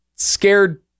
Scared